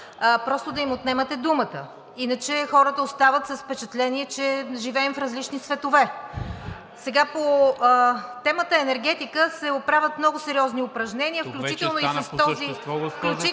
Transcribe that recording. държава, да им отнемате думата, иначе хората остават с впечатление, че живеем в различни светове. По темата „Енергетика“ се правят много сериозни упражнения, включително и с този